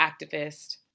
activist